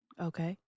Okay